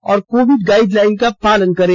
और Covid guideline का पालन करें